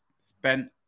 Spent